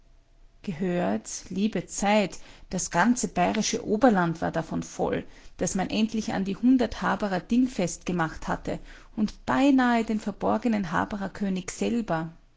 gehört liebe zeit das ganze bayrische oberland war davon voll daß man endlich an die hundert haberer dingfest gemacht hatte und beinahe den verborgenen habererkönig selber